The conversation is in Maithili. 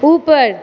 उपर